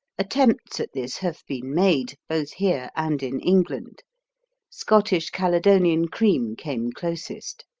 attempts at this have been made, both here and in england scottish caledonian cream came closest.